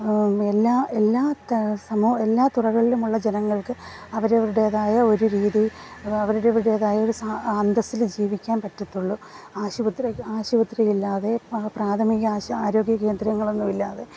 എല്ലാ എല്ലാ ത സമ എല്ലാ തുറകളിലുമുള്ള ജനങ്ങൾക്ക് അവരവരുടേതായ ഒരു രീതി അവരവരുടേതായ സ അന്തസ്സില് ജീവിക്കാൻ പറ്റത്തുള്ളു ആശുപത്രിയൊക്കെ ആശുപത്രികളില്ലാതെ പ്രാ പ്രാഥമിക ആരോഗ്യ കേന്ദ്രങ്ങളൊന്നുമില്ലാതെ